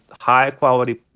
high-quality